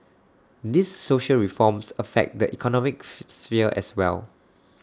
these social reforms affect the economic sphere as well